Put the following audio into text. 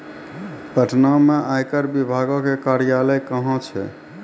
पटना मे आयकर विभागो के कार्यालय कहां छै?